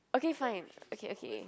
okay fine okay okay